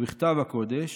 ובכתב הקודש,